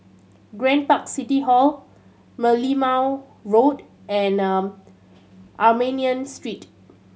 Grand Park City Hall Merlimau Road and Armenian Street